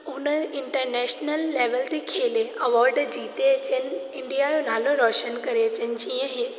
उन international level ते खेले अवॉर्ड जीते अचनि इंडिया जो नालो रौशन करे अचनि जीअं हे